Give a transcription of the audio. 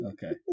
Okay